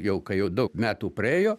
jau kai jau daug metų praėjo